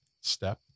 Step